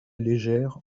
légère